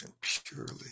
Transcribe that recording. purely